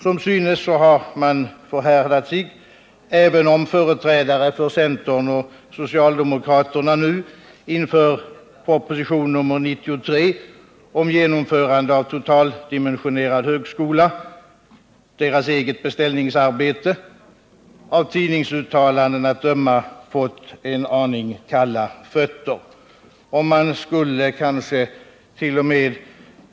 Som synes har man förhärdat sig, även om företrädare för centern och socialdemokraterna nu inför proposition 93 om genomförande av totaldimensionerad högskola, deras eget beställningsarbete, av tidningsuttalanden att döma fått en aning kalla fötter. Man skulle kansket.o.m.